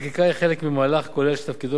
החקיקה היא חלק ממהלך כולל שתפקידו